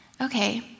okay